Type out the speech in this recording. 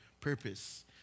purpose